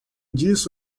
disso